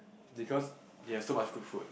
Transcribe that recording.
because it has so much good food